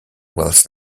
whilst